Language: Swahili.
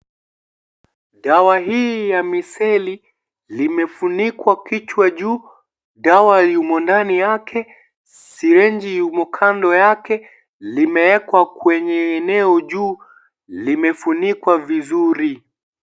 Dawa hii ya miseli limefunikwa kichwa juu, dawa yuno ndani yake, sirenji yumo kando yake, limewekwa kwenye eneo juu, limefunikwa vizuri.